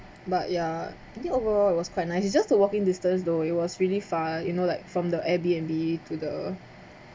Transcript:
but yeah I think overall it was quite nice it's just a walking distance though it was really far you know like from the air B_N_B to the